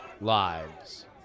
lives